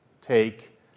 Take